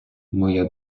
моя